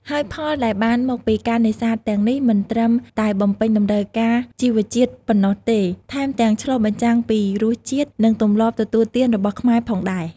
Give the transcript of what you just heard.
ហើយផលដែលបានមកពីការនេសាទទាំងនេះមិនត្រឹមតែបំពេញតម្រូវការជីវជាតិប៉ុណ្ណោះទេ ថែមទាំងឆ្លុះបញ្ចាំងពីរសជាតិ និងទម្លាប់ទទួលទានរបស់ខ្មែរផងដែរ។